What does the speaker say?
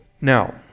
Now